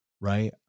Right